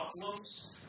problems